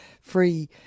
free